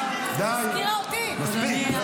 די, מספיק.